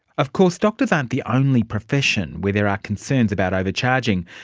of course doctors aren't the only profession where there are concerns about overcharging.